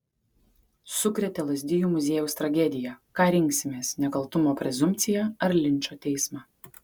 sukrėtė lazdijų muziejaus tragedija ką rinksimės nekaltumo prezumpciją ar linčo teismą